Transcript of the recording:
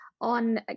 on